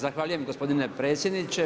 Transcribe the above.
Zahvaljujem gospodine predsjedniče.